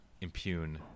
impugn